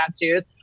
tattoos